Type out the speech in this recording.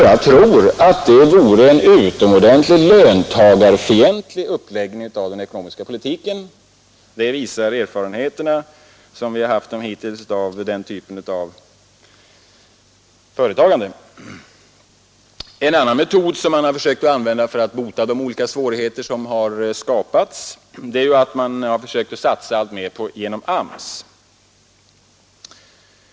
Jag tror att det vore en utomordentligt löntagarfientlig uppläggning av den ekonomiska politiken. Det visar hittills vunna erfarenheter av den typen av företagande. En annan metod som använts för att avhjälpa de olika svårigheter som regeringens politik skapat är att man försökt satsa alltmera på AMS.